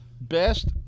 best